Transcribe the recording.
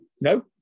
no